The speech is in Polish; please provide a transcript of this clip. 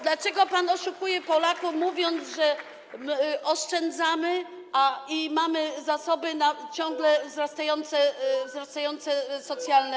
Dlaczego pan oszukuje Polaków, mówiąc, że oszczędzamy i mamy zasoby na ciągle wzrastające warunki socjalne?